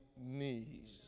knees